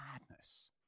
madness